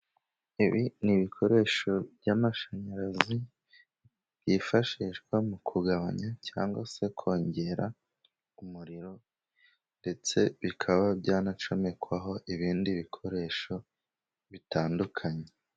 Ibi ni ibikoresho by'amashanyarazi byifashishwa mu kugabanya cyangwa se kongera umuriro, ndetse bikaba byanacomekwaho ibindi bikoresho bitandukanye.